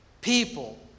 people